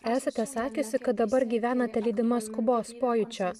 esate sakiusi kad dabar gyvenate lydima skubos pojūčio